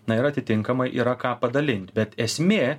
na ir atitinkamai yra ką padalint bet esmė